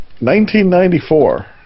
1994